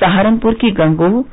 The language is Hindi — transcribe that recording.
सहारनपुर की गंगोह